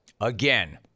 Again